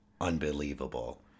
unbelievable